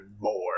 more